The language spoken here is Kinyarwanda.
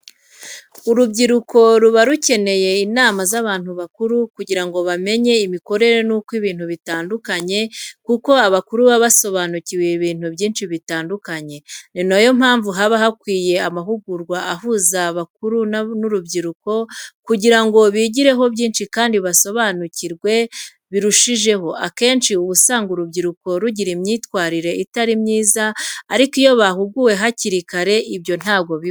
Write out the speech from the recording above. Urubyiruko ruba rukeneye inama z'abantu bakuru kugira ngo bamenye imikorere n'uko ibintu bitandukanye kuko abakuru baba basobanukiwe ibintu byinshi bitandukanye. Ni na yo mpamvu haba hakwiye amahugurwa ahuza abantu bakuze n'urubyiruko kugira ngo bigireho byinshi kandi babasobanurire birushijeho. Akenshi uba usanga urubyiruko rugira imyifatire itari myiza ariko iyo bahuguwe hakiri kare ibyo ntabwo bibaho.